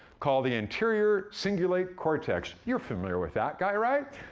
called the anterior cingulate cortex. you're familiar with that guy, right?